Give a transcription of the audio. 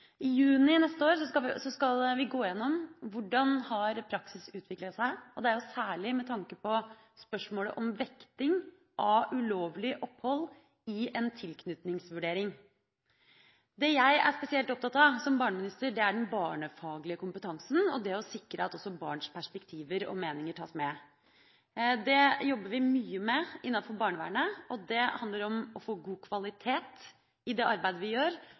I juni neste år skal vi gå igjennom hvordan praksisen har utviklet seg, og det er særlig med tanke på spørsmålet om vekting av ulovlig opphold i en tilknytningsvurdering. Det jeg er spesielt opptatt av som barneminister, er den barnefaglige kompetansen og det å sikre at også barns perspektiver og meninger tas med. Det jobber vi mye med innenfor barnevernet. Det handler om å få god kvalitet i det arbeidet vi gjør,